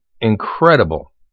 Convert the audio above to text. incredible